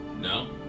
No